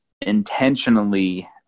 intentionally